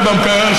המקרים,